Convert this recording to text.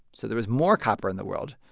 so there was more copper in the world.